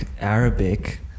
arabic